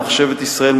מחשבת ישראל,